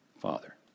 Father